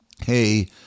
hey